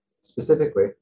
Specifically